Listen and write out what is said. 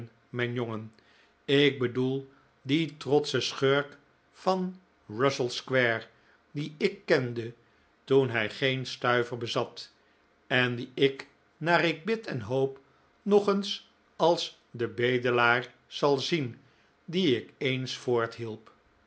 mijn jongen ik bedoel dien trotschen schurk van russell square dien ik kende toen hij geen stuiver bezat en dien ik naar ik bid en hoop nog eens als den bedelaar zal zien dien ik eens